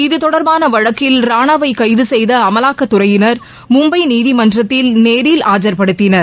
இது தொடர்பான வழக்கில் ராணாவை கைது செய்த அமலாக்கத்துறையினர் மும்பை நீதிமன்றத்தில் நேரில் ஆஜர்படுத்தினர்